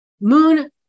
Moon